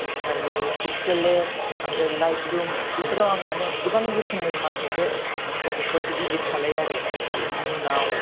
ओमफ्रायो पिक्सेल लेप ओमफ्राय लाइट रुम बेफोराव आं माने गोबां रोखोमै माखासे फटकफोरखौ इदिद खालामो आरो आरो बिनि उनाव